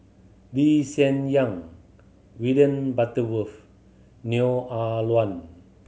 Lee Hsien Yang William Butterworth Neo Ah Luan